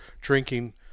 drinking